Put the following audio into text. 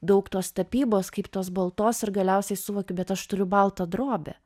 daug tos tapybos kaip tos baltos ir galiausiai suvoki bet aš turiu baltą drobę